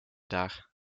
daar